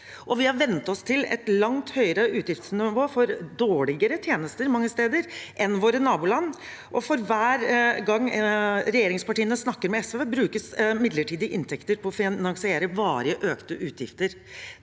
har vennet oss til et langt høyere utgiftsnivå for dårligere tjenester mange steder enn i våre naboland. Og for hver gang regjeringspartiene snakker med SV, brukes midlertidige inntekter på å finansiere varig økte utgifter.